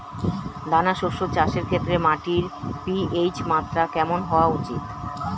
দানা শস্য চাষের ক্ষেত্রে মাটির পি.এইচ মাত্রা কেমন হওয়া উচিৎ?